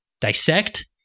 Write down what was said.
dissect